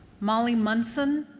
molly munson?